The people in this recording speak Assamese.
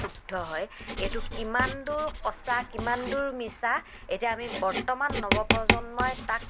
শুদ্ধ হয় এইটো কিমান দূৰ সঁচা কিমান দূৰ মিছা এতিয়া আমি বৰ্তমান নৱপ্ৰজন্মই তাক